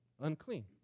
unclean